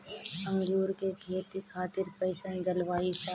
अंगूर के खेती खातिर कइसन जलवायु चाही?